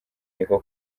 niko